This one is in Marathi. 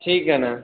ठीक आहे ना